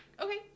okay